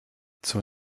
zur